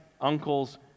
uncles